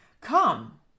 Come